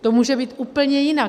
To může být úplně jinak.